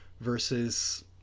versus